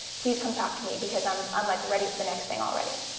please come talk to me, because i'm i'm like ready for the next thing already.